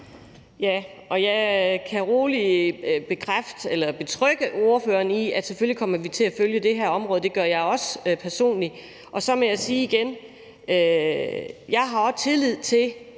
jeg kan betrygge ordføreren i, at selvfølgelig kommer vi til at følge det her område – det gør jeg også personligt. Og så må jeg sige igen, at jeg har tillid til,